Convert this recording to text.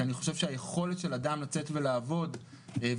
כי אני חושב שהיכולת של אדם לצאת ולעבוד ושהמדינה